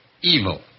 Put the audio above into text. evil